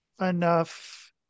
enough